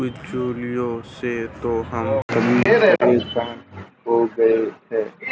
बिचौलियों से तो हम सभी परेशान हो गए हैं